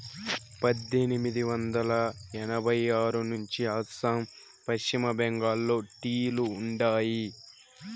పద్దెనిమిది వందల ఎనభై ఆరు నుంచే అస్సాం, పశ్చిమ బెంగాల్లో టీ లు ఉండాయి